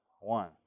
One